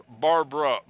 Barbara